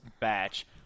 batch